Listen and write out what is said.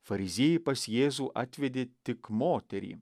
fariziejai pas jėzų atvedė tik moterį